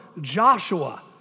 Joshua